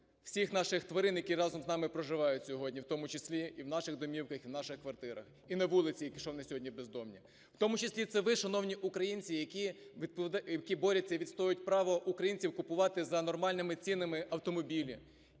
всіх наших тварин, які разом з нами проживають сьогодні, в тому числі і в наших домівках, і в наших квартирах, і на вулиці, якщо вони сьогодні бездомні. В тому числі це ви, шановні українці, які борються і відстоюють право українців купувати за нормальними цінами автомобілі,